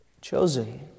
chosen